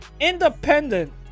independent